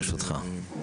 ברשותך.